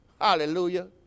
hallelujah